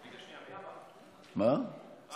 יבגני סובה (ישראל ביתנו): רגע,